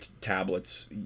tablets